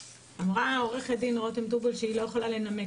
אמרה עורכת הדין רותם טובול שהיא לא יכולה לנמק.